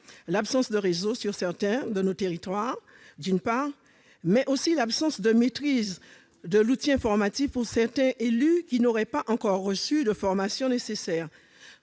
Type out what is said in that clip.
l'absence de réseau sur certains de nos territoires, et, d'autre part, au manque de maîtrise de l'outil informatique chez certains élus qui n'auraient pas encore reçu la formation nécessaire.